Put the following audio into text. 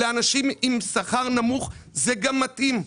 לאנשים עם שכר נמוך זה גם מתאים.